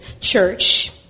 church